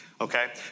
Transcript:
Okay